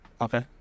Okay